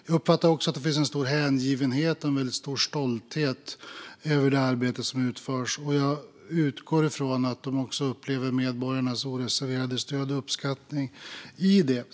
Jag uppfattar också att det finns en stor hängivenhet och en väldigt stor stolthet över det arbete som utförs. Jag utgår från att de också upplever medborgarnas oreserverade stöd och uppskattning för detta.